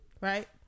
Right